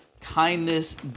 kindness